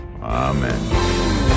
amen